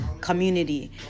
community